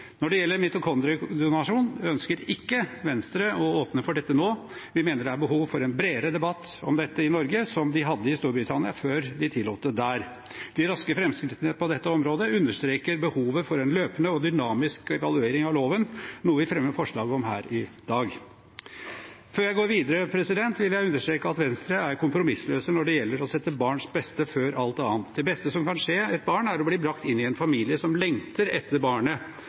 Når det gjelder mitokondriedonasjon, så ønsket ikke Venstre å åpne for dette nå. Vi mener det er behov for en bredere debatt om dette i Norge, som de hadde i Storbritannia før de tillot det der. De raske fremskrittene på dette området understreker behovet for en løpende og dynamisk evaluering av loven, noe vi fremmer forslag om her i dag. Før jeg går videre, vil jeg understreke at Venstre er kompromissløse når det gjelder å sette barns beste før alt annet. Det beste som kan skje et barn, er å bli brakt inn i en familie som lengter etter barnet,